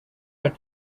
had